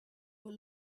were